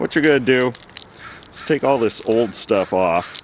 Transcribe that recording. what you're going to do stake all this old stuff off